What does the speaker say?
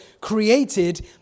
created